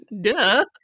Duh